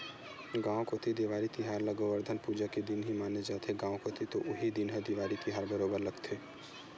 गाँव कोती देवारी तिहार ल गोवरधन पूजा के दिन ही माने जाथे, गाँव कोती तो उही दिन ह ही देवारी तिहार बरोबर लगथे